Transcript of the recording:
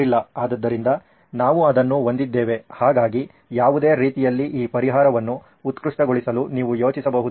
ಆದ್ದರಿಂದ ನಾವು ಅದನ್ನು ಹೊಂದಿದ್ದೇವೆ ಹಾಗಾಗಿ ಯಾವುದೇ ರೀತಿಯಲ್ಲಿ ಈ ಪರಿಹಾರವನ್ನು ಉತ್ಕೃಷ್ಟಗೊಳಿಸಲು ನೀವು ಯೋಚಿಸಬಹುದೇ